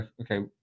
okay